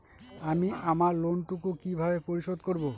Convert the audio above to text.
আমি আমার লোন টুকু কিভাবে পরিশোধ করব?